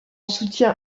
soutien